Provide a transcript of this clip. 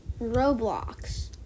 Roblox